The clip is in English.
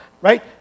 Right